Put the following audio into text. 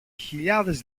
χιλιάδες